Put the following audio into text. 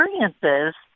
experiences